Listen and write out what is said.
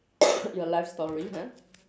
your life story ah